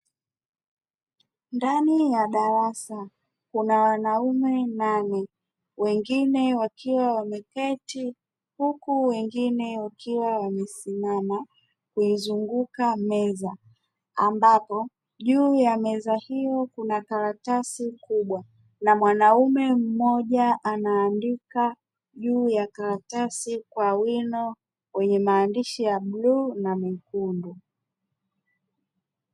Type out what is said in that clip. Ndani ya darasa kuna wanaume nane wengine wakiwa wameketi, huku wengine wakiwa wamesimama kuizunguka meza. Ambako juu ya meza hiyo, kuna karatasi kubwa na mwanaume mmoja, anaandika juu ya karatasi kwa wino wenye maandishi ya bluu na mekundu.